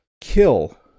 kill